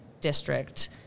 district